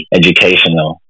educational